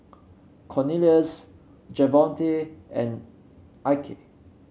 Cornelius Javonte and Ike